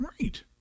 Right